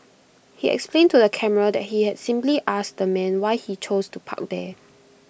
he explained to the camera that he had simply asked the man why he chose to park there